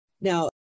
Now